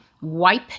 wipe